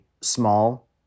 small